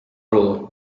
aru